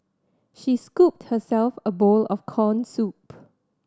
she scooped herself a bowl of corn soup